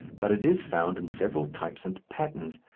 but it is found in several types and patterns,